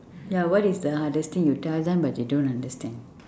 ya what is the hardest thing you tell them but they don't understand